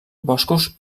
boscos